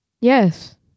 Yes